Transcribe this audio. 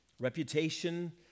Reputation